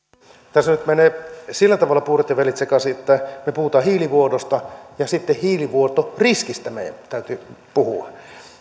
tässä nyt menevät sillä tavalla puurot ja vellit sekaisin että me puhumme hiilivuodosta ja hiilivuotoriskistä meidän täytyy puhua